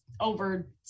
over